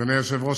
אדוני היושב-ראש,